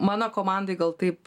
mano komandai gal taip